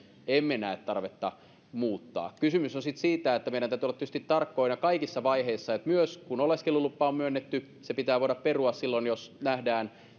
emme näe tarvetta muuttaa kysymys on sitten siitä että meidän täytyy olla tietysti tarkkoina kaikissa vaiheissa myös kun oleskelulupa on myönnetty se pitää voida perua jos nähdään